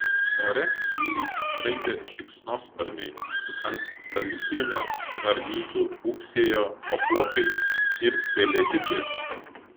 ore tyliai skraidė šikšnosparniai ant salyklinės karnizų ūksėjo apuokai ir pelėdikės